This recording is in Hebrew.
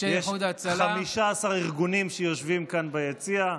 יש 15 ארגונים שיושבים כאן ביציע.